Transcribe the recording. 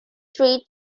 three